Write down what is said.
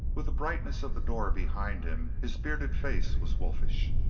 with the brightness of the door behind him, his bearded face was wolfish.